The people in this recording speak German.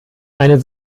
eine